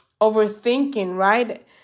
overthinking—right